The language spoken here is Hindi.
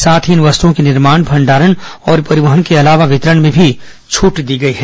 साथ ही इन वस्तुओं के निर्माण भंडारण और परिवहन के अलावा वितरण में भी छूट दी गई है